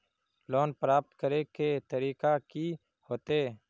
Loan प्राप्त करे के तरीका की होते?